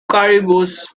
caribous